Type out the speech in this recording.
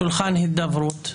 שולחן הידברות,